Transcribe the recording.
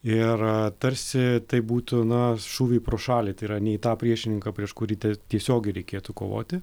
ir tarsi tai būtų na šūviai pro šalį tai yra ne į tą priešininką prieš kurį tiesiogiai reikėtų kovoti